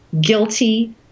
guilty